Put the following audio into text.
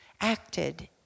acted